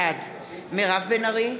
בעד מירב בן ארי,